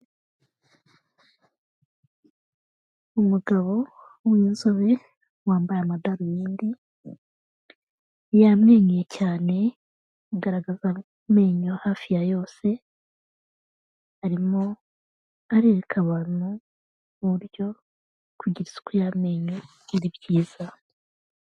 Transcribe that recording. Umugabo w'inzobe wambaye amadarubindi, yamwenyuye cyane agaragaza amenyo hafi ya yose, arimo areka abantu uburyo kugira isuku y'amenyo ari byiza.